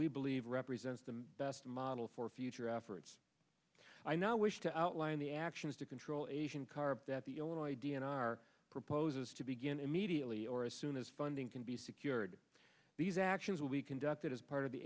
we believe represents the best model for future efforts i now wish to outline the actions to control asian carp that the illinois d n r proposes to begin immediately or as soon as funding can be secured these actions will be conducted as part of the